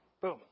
boom